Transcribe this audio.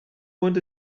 want